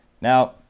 Now